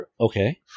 Okay